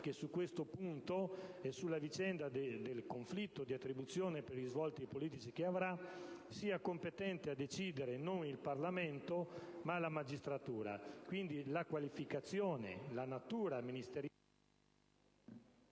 che su questo punto e sulla vicenda del conflitto di attribuzione, per i risvolti politici che avrà, sia competente a decidere, non il Parlamento, ma la magistratura. Quindi, la qualificazione della natura ministeriale